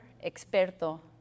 experto